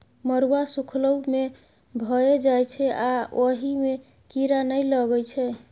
मरुआ सुखलो मे भए जाइ छै आ अहि मे कीरा नहि लगै छै